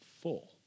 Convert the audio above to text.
full